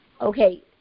Okay